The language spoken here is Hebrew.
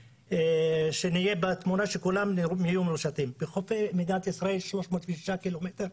שנהיה בתמונה וכולם יהיו מרושתים: בחופי מדינת ישראל יש 306 ק"מ,